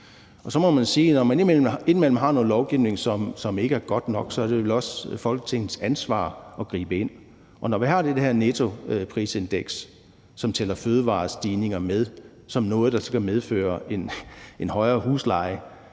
Så må man sige, at når man indimellem har noget lovgivning, som ikke er god nok, er det vel også Folketingets ansvar at gribe ind, og når vi har det her nettoprisindeks, som tæller fødevareprisstigninger med som noget, der skal medføre en højere husleje,